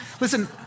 listen